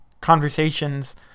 conversations